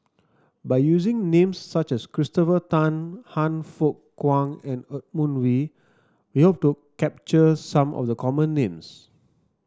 by using names such as Christopher Tan Han Fook Kwang and Edmund Wee we hope to capture some of the common names